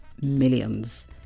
millions